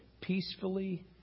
peacefully